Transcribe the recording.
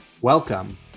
Welcome